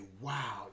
wow